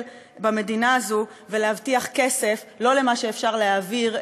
במדינה הזאת ולהבטיח כסף לא למה שאפשר להעביר,